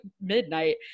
midnight